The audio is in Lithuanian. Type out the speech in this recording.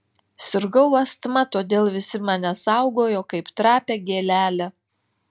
sirgau astma todėl visi mane saugojo kaip trapią gėlelę